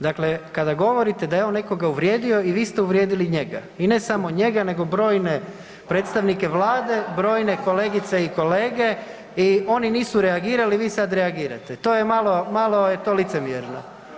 Dakle, kada govorite da je on nekoga uvrijedio i vi ste uvrijedili njega i ne samo njega nego i brojne predstavnike Vlade, brojne kolegice i kolege i oni nisu reagirali, vi sada reagirate, to je malo licemjerno.